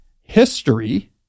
history